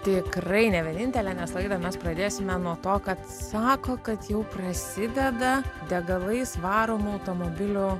tikrai ne vienintelė nes laidą mes pradėsime nuo to kad sako kad jau prasideda degalais varomų automobilių